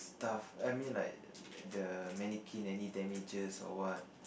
stuff I mean like the mannequin any damages or what